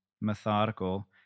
Methodical